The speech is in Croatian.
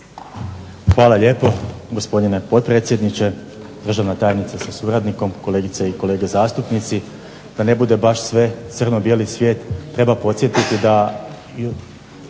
Hvala lijepo gospodine potpredsjedniče, državna tajnica sa suradnikom, kolegice i kolege zastupnici. Da ne bude baš sve crno bijeli svijet treba podsjetiti da